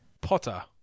Potter